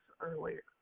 earlier